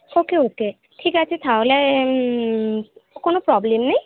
ওকে okay ঠিক আছে তাহলে ও কোনো প্রবলেম নেই